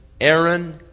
Aaron